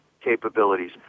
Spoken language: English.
capabilities